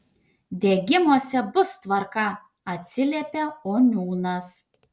degimuose bus tvarka atsiliepia oniūnas